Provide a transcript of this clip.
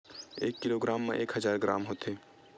एक किलोग्राम मा एक हजार ग्राम होथे